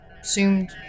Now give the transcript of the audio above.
assumed